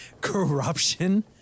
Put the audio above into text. Corruption